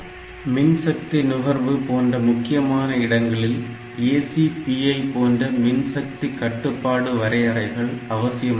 மின் சக்தி நுகர்வு போன்ற முக்கியமான இடங்களில் ACPI போன்ற மின்சக்தி கட்டுப்பாடு வரையறைகள் அவசியமாகிறது